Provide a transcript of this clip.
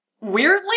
weirdly